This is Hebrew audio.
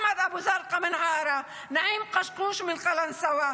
אחמד אבו זרקא מעארה; נעים קשקוש מקלנסווה,